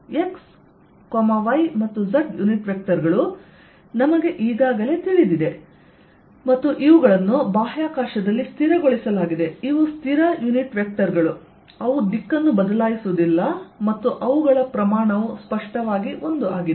x y ಮತ್ತು z unit vector ಗಳು ನಮಗೆ ಈಗಾಗಲೇ ತಿಳಿದಿದೆ ಮತ್ತು ಇವುಗಳನ್ನು ಬಾಹ್ಯಾಕಾಶದಲ್ಲಿ ಸ್ಥಿರಗೊಳಿಸಲಾಗಿದೆ ಇವು ಸ್ಥಿರ ಯುನಿಟ್ ವೆಕ್ಟರ್ ಗಳು ಅವು ದಿಕ್ಕನ್ನು ಬದಲಾಯಿಸುವುದಿಲ್ಲ ಮತ್ತು ಅವುಗಳ ಪ್ರಮಾಣವು ಸ್ಪಷ್ಟವಾಗಿ 1 ಆಗಿದೆ